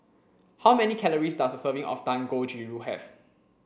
how many calories does a serving of Dangojiru have